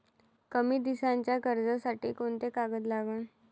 कमी दिसाच्या कर्जासाठी कोंते कागद लागन?